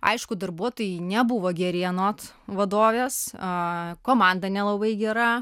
aišku darbuotojai nebuvo geri anot vadovės a komanda nelabai gera